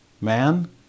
Man